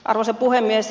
arvoisa puhemies